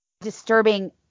disturbing